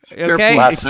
Okay